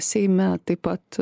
seime taip pat